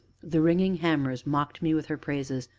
the ringing hammers mocked me with her praises,